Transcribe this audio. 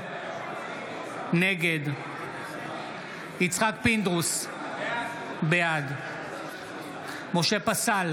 נגד יצחק פינדרוס, בעד משה פסל,